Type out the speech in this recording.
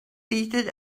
seated